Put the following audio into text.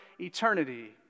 eternity